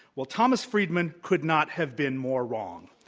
well, thomas friedman could not have been more wrong.